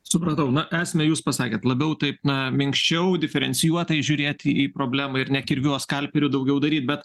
supratau na esmę jūs pasakėte labiau taip na minkščiau diferencijuotai žiūrėti į problemą ir ne kirviu o skalpeliu daugiau daryt bet